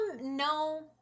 no